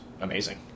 amazing